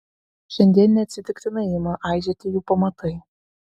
šiandien neatsitiktinai ima aižėti jų pamatai